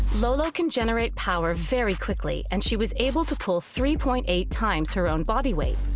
lolo can generate power very quickly, and she was able to pull three point eight times her own bodyweight.